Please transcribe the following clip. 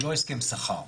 הוא לא הסכם שכר.